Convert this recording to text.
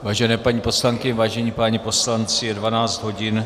Vážené paní poslankyně, vážení páni poslanci, je 12 hodin.